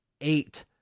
eight